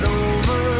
over